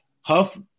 Huff